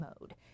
mode